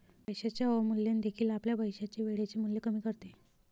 पैशाचे अवमूल्यन देखील आपल्या पैशाचे वेळेचे मूल्य कमी करते